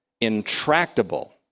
intractable